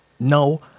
No